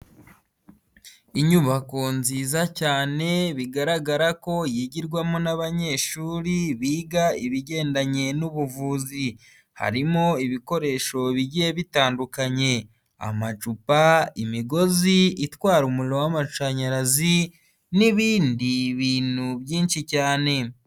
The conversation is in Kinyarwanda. Inyubako nziza cyane bigaragara ko yigirwamo n'abanyeshuri biga ibigendanye n'ubuvuzi, harimo ibikoresho bigiye bitandukanye, amacupa, imigozi itwara umuriro w'amashanyarazi n'ibindi bintu byinshi cyane.